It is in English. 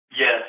Yes